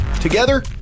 Together